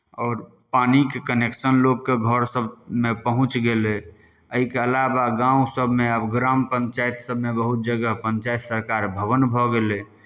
आओर पानिके कनेक्शन लोकके घर सभमे पहुँच गेलै एहिके अलावा गाँव सभमे आब ग्राम पञ्चायत सभमे बहुत जगह पञ्चायत सरकार भवन भऽ गेलै